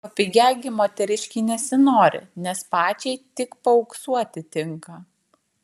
papigiai gi moteriškei nesinori nes pačiai tik paauksuoti tinka